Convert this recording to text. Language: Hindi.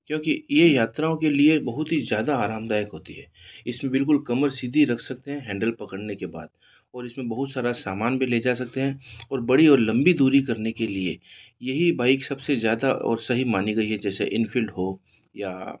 क्योंकि ये यात्राओं के लिए बहुत ही ज़्यादा आरामदायक होती है इसमें बिलकुल कमर सीधी रख सकते है हैंडल पकड़ने के बाद और इसमें बहुत सारा सामान भी ले जा सकते हैं बड़ी और लंबी दूरी करने के लिए यही बाइक सबसे ज़्यादा और सही मानी गई है जैसे एनफ़ील्ड हो या